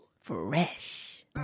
Fresh